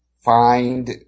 find